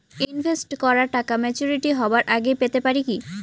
Invest করা টাকা maturity হবার আগেই পেতে পারি কি?